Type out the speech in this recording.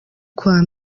kwa